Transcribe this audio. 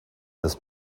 this